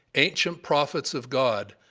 ancient prophets of god,